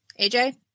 AJ